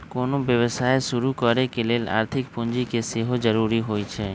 कोनो व्यवसाय शुरू करे लेल आर्थिक पूजी के सेहो जरूरी होइ छै